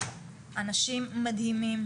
אנשים מדהימים,